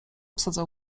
wsadzał